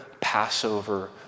Passover